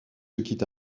quittent